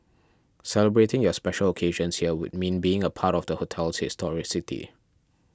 celebrating your special occasions here would mean being a part of the hotel's historicity